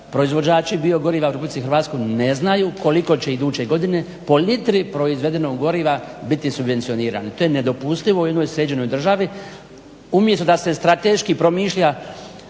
Proizvođači biogoriva u Hrvatskoj ne znaju koliko će iduće godine po litri proizvedenog goriva biti subvencionirano. To je nedoupustivo u jednoj sređenoj državi umjesto da se strateški promišlja